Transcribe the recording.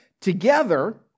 Together